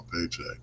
paycheck